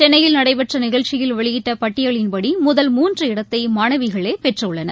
சென்னையில் நடைபெற்றநிகழ்ச்சியில் வெளியிட்டபட்டியலின்படிழுதல் மூன்று இடத்தைமாணவிகளேபெற்றுள்ளனர்